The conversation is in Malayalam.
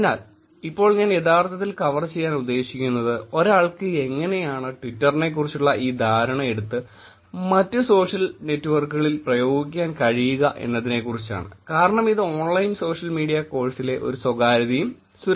അതിനാൽ ഇപ്പോൾ ഞാൻ യഥാർത്ഥത്തിൽ കവർ ചെയ്യാൻ ഉദ്ദേശിക്കുന്നത് ഒരാൾക്ക് എങ്ങനെയാണ് ട്വിറ്ററിനെക്കുറിച്ചുള്ള ഈ ധാരണ എടുത്ത് മറ്റ് സോഷ്യൽ നെറ്റ്വർക്കുകളിൽ പ്രയോഗിക്കാൻ കഴിയുക എന്നതിനെക്കുറിച്ചാണ്കാരണം ഇത് ഓൺലൈൻ സോഷ്യൽ മീഡിയ കോഴ്സിലെ ഒരു സ്വകാര്യതയും സുരക്ഷയുമാണ്